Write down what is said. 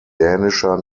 dänischer